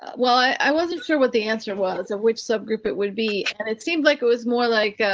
well, i wasn't sure what the answer was of which sub group it would be and it seemed like it was more like a,